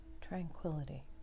tranquility